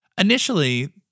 initially